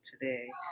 today